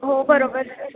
हो बरोबर सर